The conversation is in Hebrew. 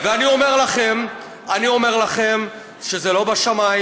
ואני אומר לכם, אני אומר לכם שזה לא בשמיים.